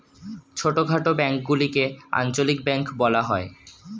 ছোটখাটো ব্যাঙ্কগুলিকে আঞ্চলিক ব্যাঙ্ক বলা হয়